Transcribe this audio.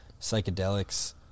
psychedelics